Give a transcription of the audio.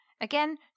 Again